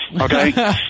okay